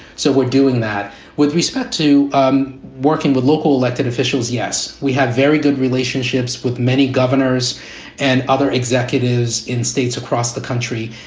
so we're doing that with respect to um working with local elected officials. yes, we have very good relationships with many governors and other executives in states across the country.